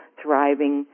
thriving